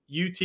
UT